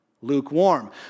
lukewarm